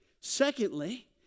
Secondly